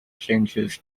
changes